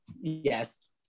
yes